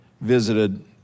visited